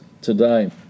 today